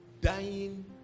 dying